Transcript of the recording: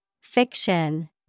Fiction